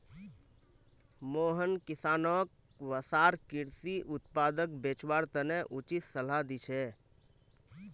मोहन किसानोंक वसार कृषि उत्पादक बेचवार तने उचित सलाह दी छे